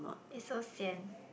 it's so sian